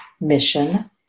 mission